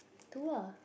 do lah